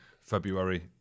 February